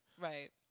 Right